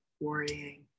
worrying